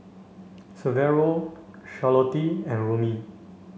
Severo Charlottie and Romie